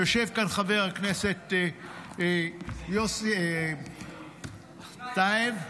יושב כאן חבר הכנסת יוסי טייב ,